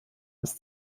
ist